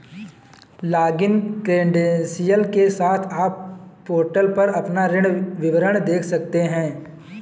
login credential के साथ, आप पोर्टल पर अपना ऋण विवरण देख सकते हैं